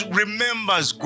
remembers